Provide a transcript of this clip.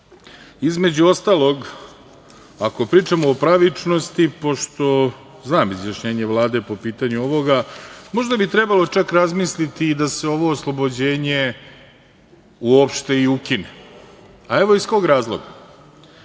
ostalog, ako pričamo o pravičnosti, pošto znam izjašnjenje Vlade po pitanju ovoga, možda bi trebalo čak razmisliti i da se ovo oslobođenje uopšte i ukine. Evo iz kog razloga.